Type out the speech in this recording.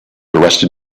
arrested